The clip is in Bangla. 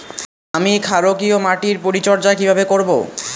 আমি ক্ষারকীয় মাটির পরিচর্যা কিভাবে করব?